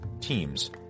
teams